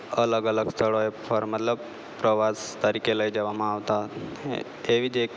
અલગ અલગ સ્થળોએ મતલબ પ્રવાસ તરીકે લઈ જવામાં આવતા તેવી જ એક